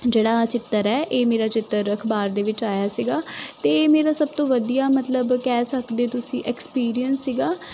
ਜਿਹੜਾ ਚਿੱਤਰ ਹੈ ਇਹ ਮੇਰਾ ਚਿੱਤਰ ਅਖਬਾਰ ਦੇ ਵਿੱਚ ਆਇਆ ਸੀਗਾ ਅਤੇ ਇਹ ਮੇਰਾ ਸਭ ਤੋਂ ਵਧੀਆ ਮਤਲਬ ਕਹਿ ਸਕਦੇ ਤੁਸੀਂ ਐਕਸਪੀਰੀਅੰਸ ਸੀਗਾ